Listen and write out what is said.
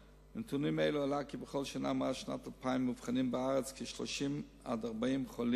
מנתונים אלה עלה כי בכל שנה מאז שנת 2000 מאובחנים בארץ 30 40 חולים,